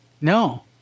No